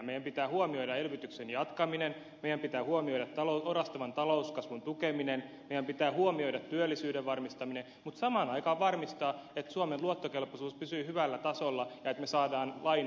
meidän pitää huomioida elvytyksen jatkaminen meidän pitää huomioida orastavan talouskasvun tukeminen meidän pitää huomioida työllisyyden varmistaminen mutta samaan aikaan varmistaa että suomen luottokelpoisuus pysyy hyvällä tasolla ja että me saamme lainaa halvalla korolla